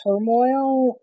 turmoil